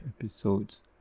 episodes